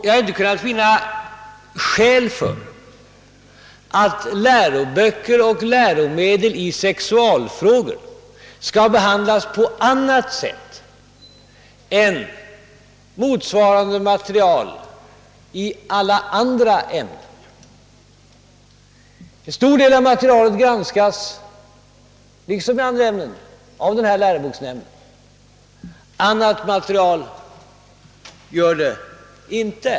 Jag har inte kunnat finna något skäl föreligga för att läroböcker och läromedel i sexualfrågor skall behandlas på annat sätt än motsvarande material i alla andra ämnen. En stor del av materialet granskas — liksom när det gäller andra ämnen — av läroboksnämnden. En del material granskas inte.